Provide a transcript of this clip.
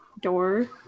door